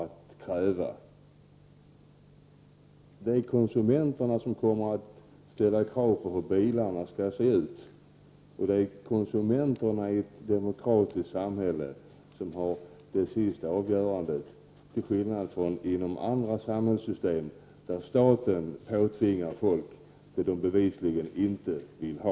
Det är dessa som kommer att ställa krav på hur bilarna skall se ut. Det är konsumenterna i ett demokratiskt samhälle som har avgörandet i sin hand till skillnad från situationen i andra samhällssystem, där staten påtvingar folk det man bevisligen inte vill ha.